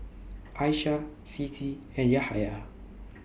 Aisyah Siti and Yahaya